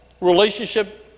relationship